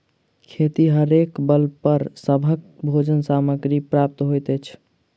खेतिहरेक बल पर सभक भोजन सामग्री प्राप्त होइत अछि